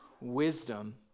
Wisdom